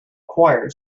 choir